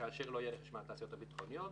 וכאשר לא יהיה רכש מהתעשיות הביטחוניות,